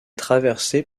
traversée